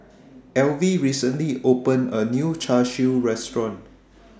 Alvy recently opened A New Char Siu Restaurant